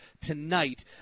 tonight